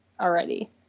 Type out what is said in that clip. already